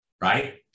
right